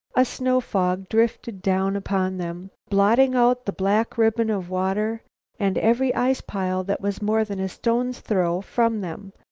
a snow-fog drifted down upon them. blotting out the black ribbon of water and every ice-pile that was more than a stone's throw from them,